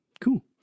Cool